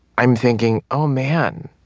i'm thinking, oh, man.